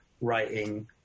writing